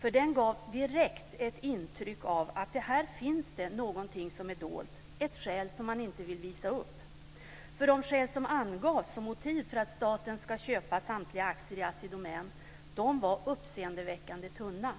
för den gav ett direkt intryck av att här fanns det någonting som var dolt, ett skäl som man inte ville visa upp, för de skäl som angavs som motiv för att staten ska köpa samtliga aktier i Assi Domän var uppseendeväckande tunna.